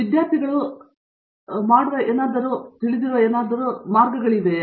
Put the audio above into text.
ಹೆಚ್ಚು ತಾತ್ವಿಕ ಅರ್ಥದಲ್ಲಿ ನಿಮಗೆ ತಿಳಿದಿರುವ ಯಾವುದೇ ಮಾರ್ಗಗಳಿಲ್ಲವೇ